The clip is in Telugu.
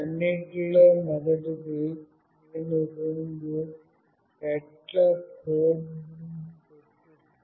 అన్నింటిలో మొదటిది నేను రెండు సెట్ల కోడ్ గురించి చర్చిస్తాను